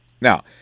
Now